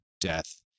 death